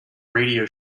radio